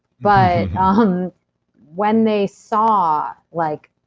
but ah um when they saw like,